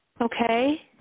okay